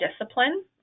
discipline